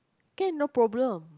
can no problem